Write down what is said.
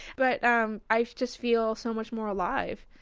but um i just feel so much more alive!